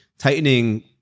Tightening